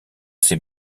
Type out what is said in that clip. ses